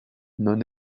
non